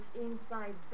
inside